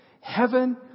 Heaven